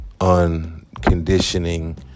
unconditioning